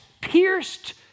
pierced